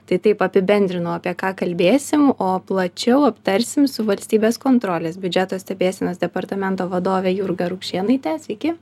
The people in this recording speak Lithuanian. tai taip apibendrinau apie ką kalbėsim o plačiau aptarsim su valstybės kontrolės biudžeto stebėsenos departamento vadove jurga rukšėnaite sveiki